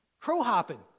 crow-hopping